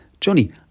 Johnny